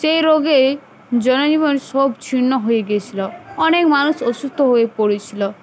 সেই রোগে জনজীবন সব ছিন্ন হয়ে গেছিলো অনেক মানুষ অসুস্থ হয়ে পড়েছিলো